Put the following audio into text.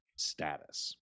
status